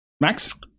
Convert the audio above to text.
Max